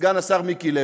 סגן השר מיקי לוי.